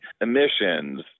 emissions